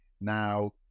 Now